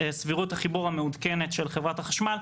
סבירות החיבור המעודכנת של חברת החשמל.